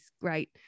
great